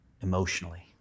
Emotionally